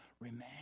remain